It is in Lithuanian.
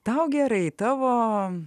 tau gerai tavo